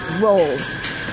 roles